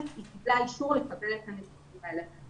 היא קיבלה אישור לקבל את הנתונים האלה.